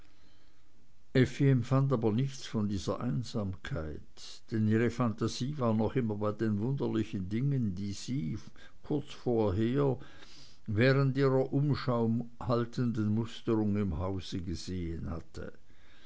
empfand aber nichts von dieser einsamkeit denn ihre phantasie war noch immer bei den wunderlichen dingen die sie kurz vorher während ihrer umschau haltenden musterung im hause gesehen hatte